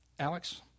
Alex